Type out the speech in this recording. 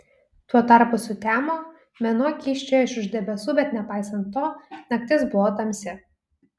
tuo tarpu sutemo mėnuo kyščiojo iš už debesų bet nepaisant to naktis buvo tamsi